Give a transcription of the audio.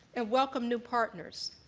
and welcome new partners.